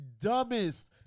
dumbest